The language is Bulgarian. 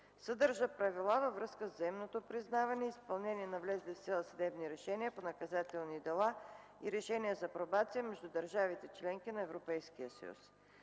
съдържа правила във връзка с взаимното признаване и изпълнение на влезли в сила съдебни решения по наказателни дела и решения за пробация между държавите-членки на Европейския съюз.